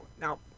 now